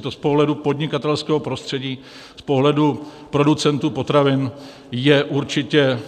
To z pohledu podnikatelského prostředí, z pohledu producentů potravin je určitě